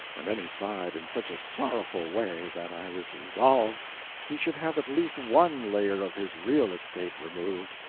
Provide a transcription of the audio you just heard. and then he sighed in such a sorrowful way that i was resolved he should have at least one layer of his real estate removed,